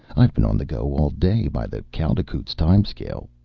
i've been on the go all day, by the kaldekooz time-scale.